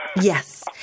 Yes